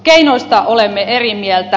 keinoista olemme eri mieltä